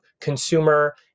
consumer